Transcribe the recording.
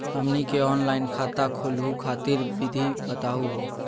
हमनी के ऑनलाइन खाता खोलहु खातिर विधि बताहु हो?